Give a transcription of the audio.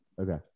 Okay